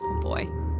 Boy